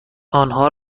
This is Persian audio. آنها